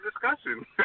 discussion